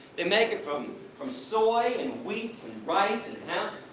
they make it from from soy and wheat and rice and hemp,